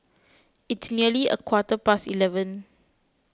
its nearly a quarter past eleven